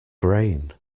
grain